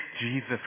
Jesus